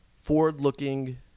forward-looking